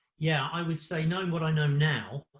yeah, i would say knowing what i know now,